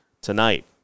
tonight